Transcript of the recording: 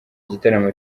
gitaramo